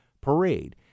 parade